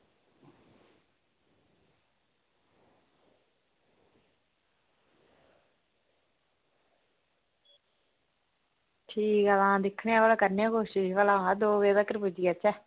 आं दिक्खने आं भला करने आं कोशिश भला मत दो बजे तगर पुज्जी जाह्चै